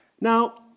Now